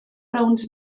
rownd